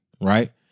Right